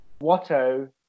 Watto